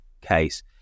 case